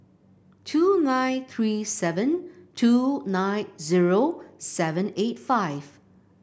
two nine three seven two nine zero seven eight five